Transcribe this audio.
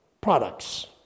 products